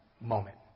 moment